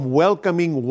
welcoming